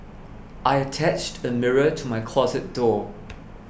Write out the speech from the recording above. I attached a mirror to my closet door